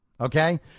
Okay